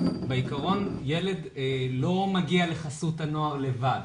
בעיקרון ילד לא מגיע לחסות הנוער לבד,